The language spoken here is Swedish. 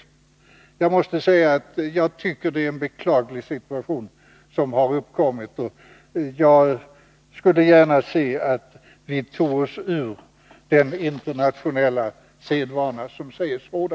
Jag tycker att det är en beklaglig situation som har uppkommit, och jag skulle gärna se att vi tog oss ur den internationella sedvana som sägs råda.